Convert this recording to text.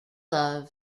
love